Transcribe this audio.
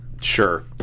Sure